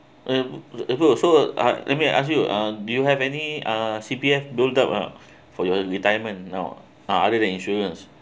uh so so uh let me ask you uh do you have any uh C_P_F build up uh for your retirement now uh other than insurance